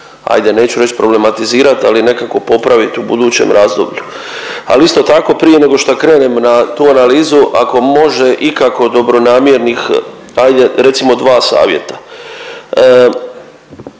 ajde neću reć problematizirat, ali nekako popravit u budućem razdoblju, ali isto tako prije nego šta krenem na tu analizu ako može ikako dobronamjernih ajde recimo dva savjeta.